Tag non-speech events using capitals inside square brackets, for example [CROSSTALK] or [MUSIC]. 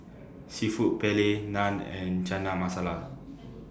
Seafood Paella Naan and Chana Masala [NOISE]